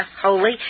holy